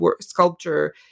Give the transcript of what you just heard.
sculpture